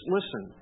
Listen